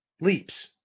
leaps